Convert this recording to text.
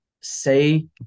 say